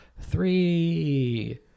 three